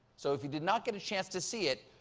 so if you did not get a chance to see it,